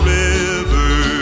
river